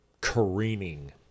careening